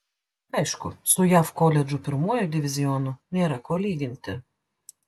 aišku su jav koledžų pirmuoju divizionu nėra ko lyginti